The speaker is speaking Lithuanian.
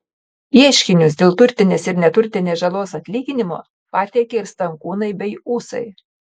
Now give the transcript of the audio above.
ieškinius dėl turtinės ir neturtinės žalos atlyginimo pateikė ir stankūnai bei ūsai